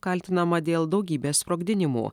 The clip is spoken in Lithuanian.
kaltinama dėl daugybės sprogdinimų